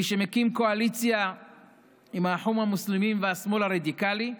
מי שמקים קואליציה עם האחים המוסלמים והשמאל הרדיקלי,